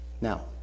Now